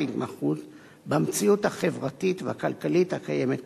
ההתמחות במציאות החברתית והכלכלית הקיימת כיום.